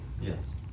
yes